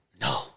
No